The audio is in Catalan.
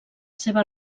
seva